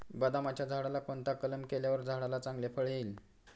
बदामाच्या झाडाला कोणता कलम केल्यावर झाडाला चांगले फळ येईल?